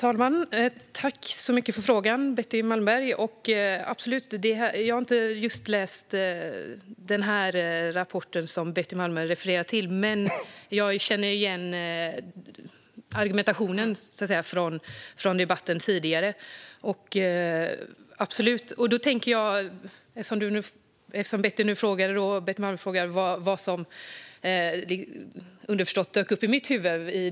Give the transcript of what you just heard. Herr talman! Tack för frågan, Betty Malmberg! Jag har inte läst just den rapport som Betty Malmberg refererar till, men jag känner absolut igen argumentationen från den tidigare debatten. Betty Malmberg frågar vilka tankar som dyker upp i mitt huvud.